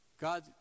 God